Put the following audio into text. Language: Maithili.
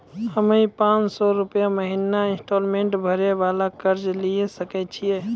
हम्मय पांच सौ रुपिया महीना इंस्टॉलमेंट भरे वाला कर्जा लिये सकय छियै?